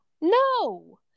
No